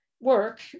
work